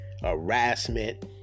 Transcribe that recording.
harassment